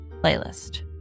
playlist